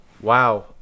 wow